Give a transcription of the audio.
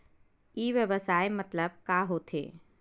ई व्यवसाय मतलब का होथे?